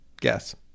guess